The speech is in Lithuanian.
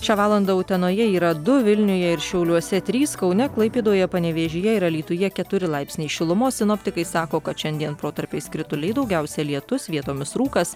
šią valandą utenoje yra du vilniuje ir šiauliuose trys kaune klaipėdoje panevėžyje ir alytuje keturi laipsniai šilumos sinoptikai sako kad šiandien protarpiais krituliai daugiausia lietus vietomis rūkas